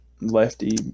Lefty